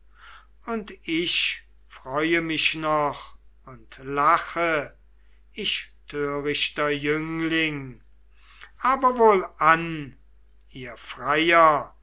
und ich freue mich noch und lache ich törichter jüngling aber wohlan ihr freier